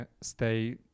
stay